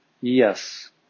yes